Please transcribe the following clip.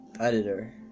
editor